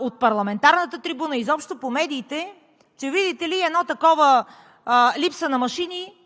от парламентарната трибуна и изобщо по медиите, че – видите ли – липсата на машини